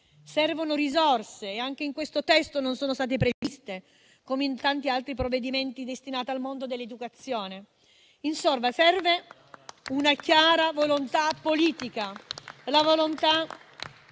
Servono risorse e anche in questo testo non sono state previste, come in tanti altri provvedimenti destinati al mondo dell'educazione. Insomma, serve una chiara volontà politica, la volontà